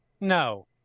No